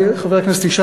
חבר הכנסת ישי,